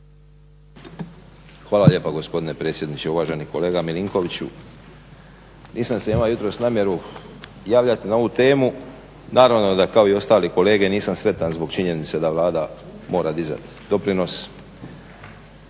Hvala lijepa gospodine predsjedniče. Uvaženi kolega Milinoviću, nisam se imao namjeru javljati na ovu temu, naravno da kao i ostali kolege nisam sretan zbog činjenice da Vlada mora dizati doprinos